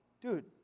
dude